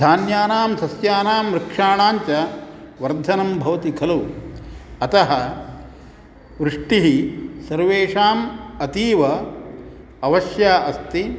धान्यानां सस्यानां वृक्षाणाञ्च वर्धनं भवति खलु अतः वृष्टिः सर्वेषाम् अतीव अवश्यम् अस्ति